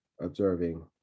observing